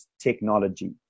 technology